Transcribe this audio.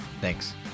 thanks